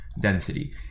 density